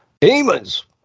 Demons